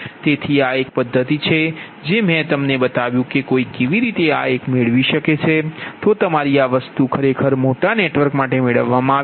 તેથી આ એક પદ્ધતિ છે જે મેં તમને બતાવ્યું કે કોઇ કેવી રીતે આ એક મેળવી શકે છે તો તમારી આ વસ્તુ ખરેખર મોટા નેટવર્ક માટે મેળવવામાં આવી રહ્યું છે